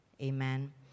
Amen